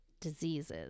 diseases